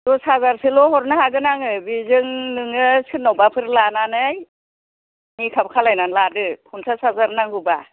दस हाजारसोल' हरनो हागोन आङो बेजों नोङो सोरनावबाफोर लानानै मेकआप खालामनानै लादो फन्सास हाजार नांगौबा